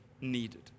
needed